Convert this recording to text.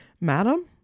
Madam